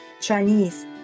Chinese